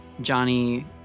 Johnny